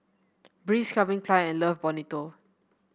Breeze Calvin Klein and Love Bonito